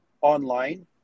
online